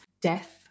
death